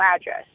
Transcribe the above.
address